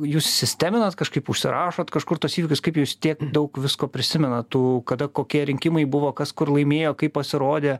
jūs sisteminant kažkaip užsirašot kažkur tuos įvykius kaip jūs tiek daug visko prisimenat tų kada kokie rinkimai buvo kas kur laimėjo kaip pasirodė